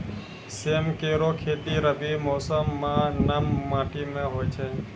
सेम केरो खेती रबी मौसम म नम माटी में होय छै